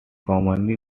commonly